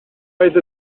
oedd